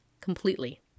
completely